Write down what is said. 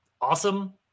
Awesome